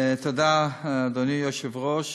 תודה, אדוני היושב-ראש,